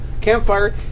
campfire